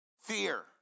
fear